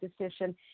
decision